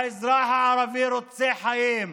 האזרח הערבי רוצה חיים,